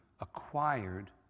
acquired